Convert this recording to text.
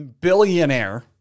billionaire